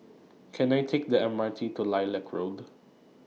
Can I Take The M R T to Lilac Road